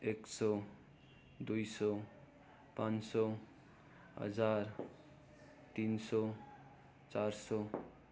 एक सय दुई सय पाँच सय हजार तिन सय चार सय